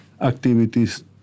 activities